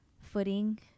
footing